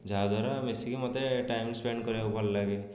ଯାହାଦ୍ଵାରା ମିଶିକି ମୋତେ ଟାଇମ୍ ସ୍ପେଣ୍ଡ୍ କରିବାକୁ ଭଲ ଲାଗେ